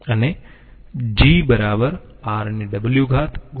અને G Rw